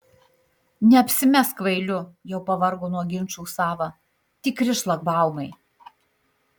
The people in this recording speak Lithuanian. neapsimesk kvailiu jau pavargo nuo ginčų sava tikri šlagbaumai